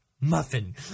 Muffin